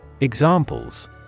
Examples